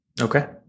Okay